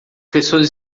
pessoas